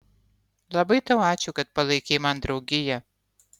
labai tau ačiū kad palaikei man draugiją